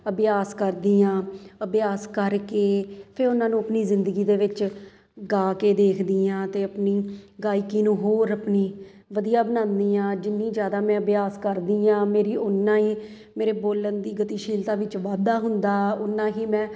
ਅਭਿਆਸ ਕਰਦੀ ਹਾਂ ਅਭਿਆਸ ਕਰਕੇ ਫਿਰ ਉਹਨਾਂ ਨੂੰ ਆਪਣੀ ਜ਼ਿੰਦਗੀ ਦੇ ਵਿੱਚ ਗਾ ਕੇ ਦੇਖਦੀ ਹਾਂ ਅਤੇ ਆਪਣੀ ਗਾਇਕੀ ਨੂੰ ਹੋਰ ਆਪਣੀ ਵਧੀਆ ਬਣਾਉਂਦੀ ਹਾਂ ਜਿੰਨੀ ਜ਼ਿਆਦਾ ਮੈਂ ਅਭਿਆਸ ਕਰਦੀ ਹਾਂ ਮੇਰਾ ਉਨਾ ਹੀ ਮੇਰੇ ਬੋਲਣ ਦੀ ਗਤੀਸ਼ੀਲਤਾ ਵਿੱਚ ਵਾਧਾ ਹੁੰਦਾ ਉਨਾ ਹੀ ਮੈਂ